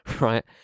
right